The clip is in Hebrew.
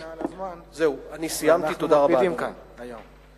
שתי דקות מעל לזמן, ואנחנו מקפידים כאן היום.